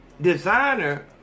Designer